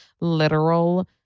literal